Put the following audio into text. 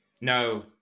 No